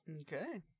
Okay